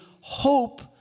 hope